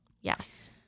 Yes